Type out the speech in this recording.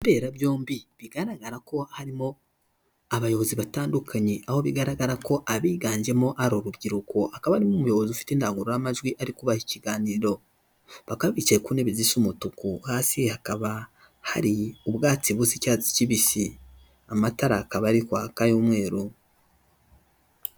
Imberabyombi bigaragara ko harimo abayobozi batandukanye aho bigaragara ko abiganjemo ari urubyiruko, akaba n'umuyobozi ufite indangururamajwi ariko kubaha ikiganiro. Bakaba bicaye ku ntebe zisa umutuku hasi hakaba hari ubwatsi busa icyatsi kibisi, amatara akaba ari kwaka y'umweru.